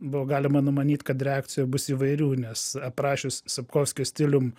buvo galima numanyt kad reakcija bus įvairių nes aprašius sapkovskio stilium